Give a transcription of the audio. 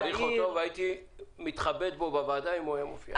מעריך אותו והייתי מתכבד בו בוועדה אם הוא היה מופיע.